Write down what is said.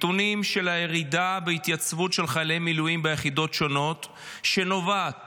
נתונים של הירידה בהתייצבות של חיילי מילואים ביחידות שונות שנובעת